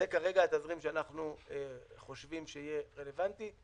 זה כרגע התזרים שאנחנו חושבים שיהיה רלוונטי.